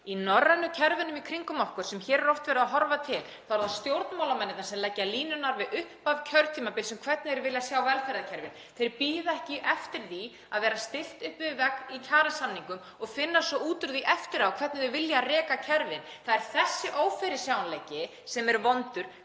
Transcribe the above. Í norrænu kerfunum í kringum okkur, sem hér er oft horft til, eru það stjórnmálamennirnir sem leggja línurnar við upphaf kjörtímabils um hvernig þeir vilja sjá velferðarkerfið. Þeir bíða ekki eftir því að vera stillt upp við vegg í kjarasamningum og finna svo út úr því eftir á hvernig þeir vilja reka kerfin. Það er þessi ófyrirsjáanleiki sem er vondur.